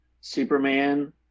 Superman